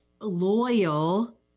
loyal